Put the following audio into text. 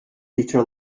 peter